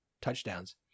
touchdowns